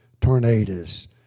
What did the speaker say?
tornadoes